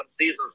seasons